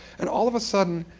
and all of a sudden,